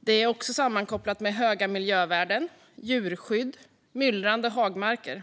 Det är också sammankopplat med höga miljövärden, djurskydd och myllrande hagmarker.